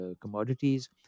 commodities